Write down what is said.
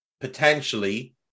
potentially